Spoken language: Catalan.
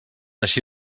així